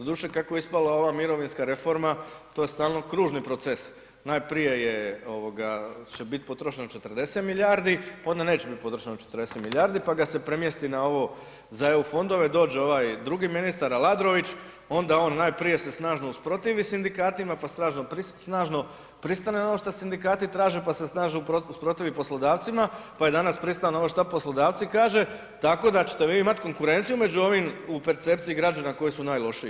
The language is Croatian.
Doduše kako je ispala ova mirovinska reforma to je stalno kružni proces, najprije će biti potrošeno 40 milijardi onda neće biti potrošeno 40 milijardi, pa ga se premjesti na ovo za eu fondove, dođe ovaj drugi ministar Aladrović onda on najprije se snažno usprotivi sindikatima pa snažno pristane na ono što sindikati traže, pa se snažno usprotivi poslodavcima pa je danas pristao na ovo šta poslodavci kažu, tako da ćete vi imati konkurenciju među ovim u percepciji građana koji su najlošiji.